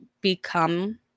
become